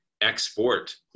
export